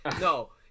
No